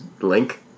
Link